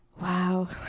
wow